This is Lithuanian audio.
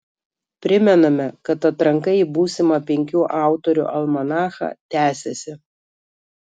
primename kad atranka į būsimą penkių autorių almanachą tęsiasi